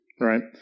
right